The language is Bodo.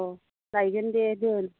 औ लायगोन दे दोन